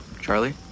Charlie